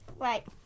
right